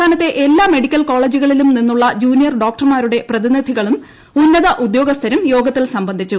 സംസ്ഥാനത്തെ എല്ലാ മെഡിക്കൽ കോളേജുകളിലും നിന്നുളള ജൂനിയർ ഡോക്ടർമാരുടെ പ്രതിനിധികളും ഉന്നത ഉദ്യോഗസ്ഥരും യോഗത്തിൽ സംബന്ധിച്ചു